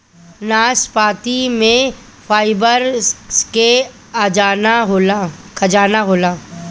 नाशपाती में फाइबर के खजाना होला